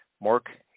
Mark